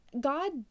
God